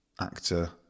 actor